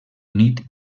unit